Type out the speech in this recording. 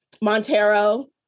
Montero